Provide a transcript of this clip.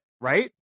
right